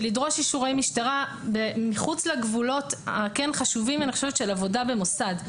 של לדרוש אישורי משטרה מחוץ לגבולות החשובים של עבודה במוסד,